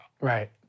Right